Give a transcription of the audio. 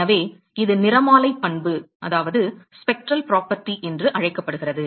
எனவே இது நிறமாலை பண்பு என்று அழைக்கப்படுகிறது